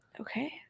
Okay